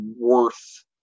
worth